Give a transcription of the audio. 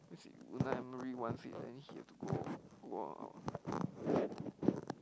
he had to go out go out